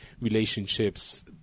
relationships